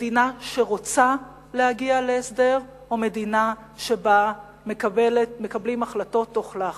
מדינה שרוצה להגיע להסדר או מדינה שבה מקבלים החלטות מתוך לחץ?